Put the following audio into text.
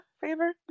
Favor